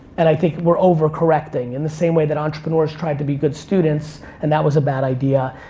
and i think we're over correcting in the same way that entrepreneurs tried to be good students and that was a bad idea.